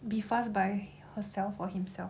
be fast by herself or himself